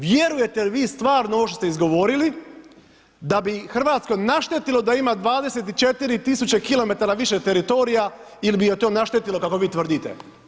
Vjerujete li vi stvarno ovo što ste izgovorili da bi Hrvatskoj naštetilo da ima 24 tisuće kilometara više teritorija ili bi joj to naštetilo kako vi tvrdite?